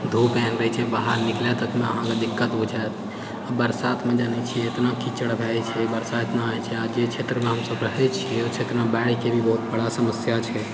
धूप रहैत छै बाहर निकलए तऽ ओतने अहाँकेँ दिक्कत बुझाएत बरसातमे जानए छी एतना कीचड़ भए जाइत छै जाहि क्षेत्रमे हमसब रहैत छिऐ ओहि क्षेत्रमे बाढ़िके भी बड़ा समस्या छै